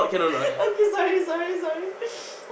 okay sorry sorry sorry